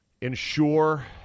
ensure